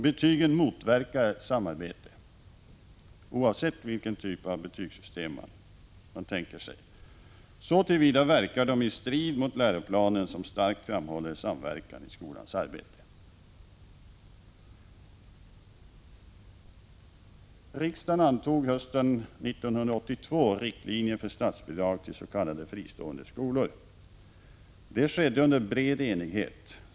Betygen motverkar samarbete, oavsett vilken typ av betygssystem man tänker sig. Så till vida verkar de i strid mot läroplanen, som starkt framhåller vikten av samverkan i skolans arbete. Riksdagen antog hösten 1982 riktlinjer för statsbidrag till s.k. fristående skolor. Det skedde under bred enighet.